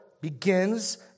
begins